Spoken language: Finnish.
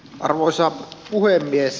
arvoisa puhemies